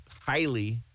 highly –